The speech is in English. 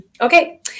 okay